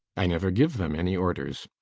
i never give them any orders.